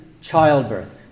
childbirth